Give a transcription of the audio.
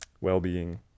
well-being